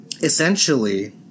essentially –